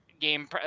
game